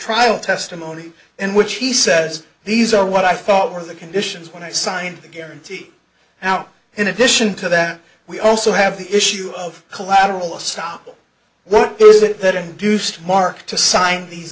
trial testimony in which he says these are what i thought were the conditions when i signed the guarantee out in addition to that we also have the issue of collateral estoppel what is it that induced mark to sign these